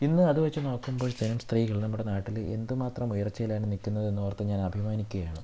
ഇന്ന് അത് വെച്ച് നോക്കുമ്പോഴത്തേനും സ്ത്രീകൾ നമ്മുടെ നാട്ടിൽ എന്തുമാത്രം ഉയർച്ചയിലാണ് നിൽക്കുന്നത് എന്നോർത്ത് ഞാൻ അഭിമാനിക്കുകയാണ്